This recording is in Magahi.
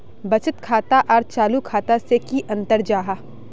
बचत खाता आर चालू खाता से की अंतर जाहा?